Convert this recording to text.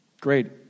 Great